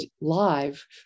live